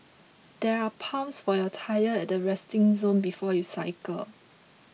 there are pumps for your tyres at the resting zone before you cycle